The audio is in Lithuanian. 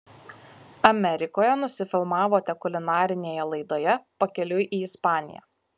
amerikoje nusifilmavote kulinarinėje laidoje pakeliui į ispaniją